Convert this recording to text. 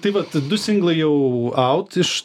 tai vat du singlai jau aut iš